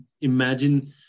imagine